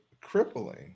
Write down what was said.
crippling